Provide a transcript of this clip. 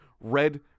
red